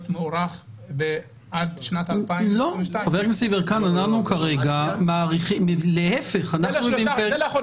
מוארך עד שנת 2022. אנחנו כרגע מאריכים בחודשיים.